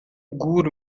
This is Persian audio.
گور